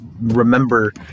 remember